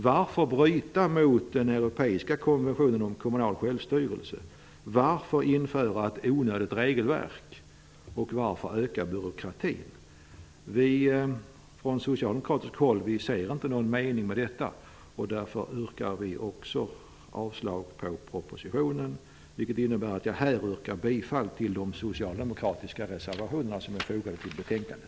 Varför bryta mot den europeiska konventionen om kommunal självstyrelse? Varför införa ett onödigt regelverk? Varför öka byråkratin? Vi från socialdemokratiskt håll ser inte någon mening med detta. Därför yrkar vi avslag på propositionen, vilket innebär att jag här yrkar bifall till de socialdemokratiska reservationer som är fogade till betänkandet.